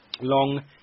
Long